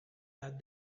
that